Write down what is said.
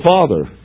Father